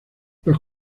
los